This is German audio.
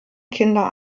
kinder